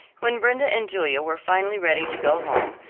when brenda and julia were finally ready to go home,